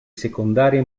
secondaria